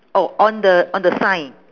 oh on the on the sign